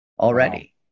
already